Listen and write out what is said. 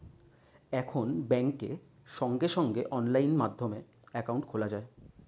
এখন ব্যাংকে সঙ্গে সঙ্গে অনলাইন মাধ্যমে অ্যাকাউন্ট খোলা যায়